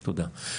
תודה.